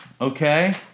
okay